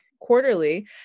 quarterly